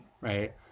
right